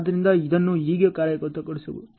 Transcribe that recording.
ಆದ್ದರಿಂದ ಇದನ್ನು ಹೇಗೆ ಕಾರ್ಯಗತಗೊಳಿಸಲಾಗುತ್ತದೆ